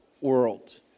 world